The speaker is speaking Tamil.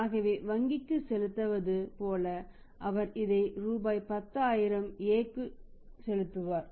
ஆகவே வங்கிக்கு செலுத்துவது போல அவர் இதை ரூபாய் 10000 Aஇக்கு செலுத்துவார்